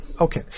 Okay